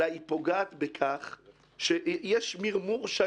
אלא ייעשו על-ידי בני אדם שמבינים את